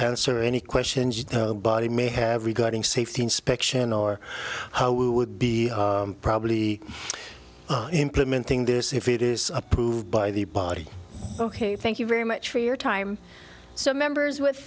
answer any questions you body may have regarding safety inspection or how we would be probably implementing this if it is approved by the body ok thank you very much for your time so members w